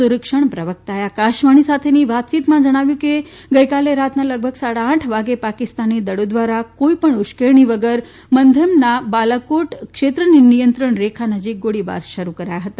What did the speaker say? સંરક્ષણ પ્રવકતાએ આકાશવાણી સાથેની વાતયીતમાં જણાવ્યું કે રાતના લગભગ સાડા આઠ વાગે પાકિસ્તાની દળો ધ્વારા કોઇપણ ઉશ્કેરણી વગર મનધમના બાલાકોટ ક્ષેત્રની નિયંત્રણ રેખા નજીક ગોળીબાર શરૂ કરાયા હતા